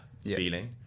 feeling